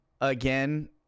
again